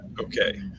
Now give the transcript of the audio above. Okay